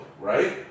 right